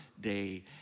day